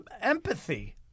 empathy